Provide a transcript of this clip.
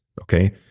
Okay